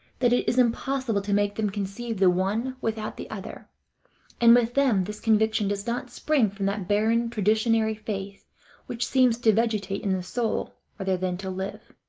that it is impossible to make them conceive the one without the other and with them this conviction does not spring from that barren traditionary faith which seems to vegetate in the soul rather than to live.